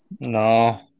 No